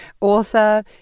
author